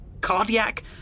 cardiac